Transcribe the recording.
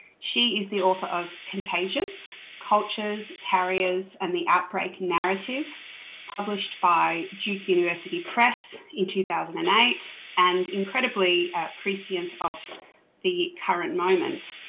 she is the author of contagious cultures, carriers and the outbreak narrative' published by duke university press in two thousand and eight and incredibly prescient of the current moment.